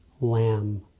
lamb